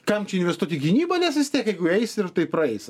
kam čia investuoti į gynybą nes vis tiek jeigu eis ir tai praeis